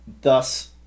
Thus